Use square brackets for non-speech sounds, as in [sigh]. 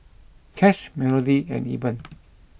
Cash Melodee and Eben [noise]